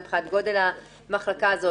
אם מבחינת גודל המחלקה הזאת,